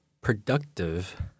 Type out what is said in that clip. productive